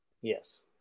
Yes